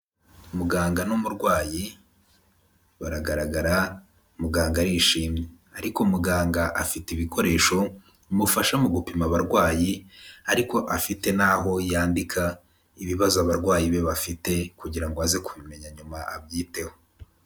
Muganga n'umurwayi baragaragara muganga arishimye, ariko muganga afite ibikoresho bimufasha mu gupima abarwayi, ariko afite n'aho yandika ibibazo abarwayi be bafite kugira ngo aze kubimenya nyuma abyiteho.